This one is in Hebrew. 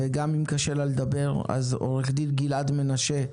ואם קשה לה לדבר, אז עורך הדין גלעד מנשה,